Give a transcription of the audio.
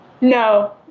No